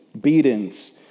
beatings